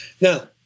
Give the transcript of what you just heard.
Now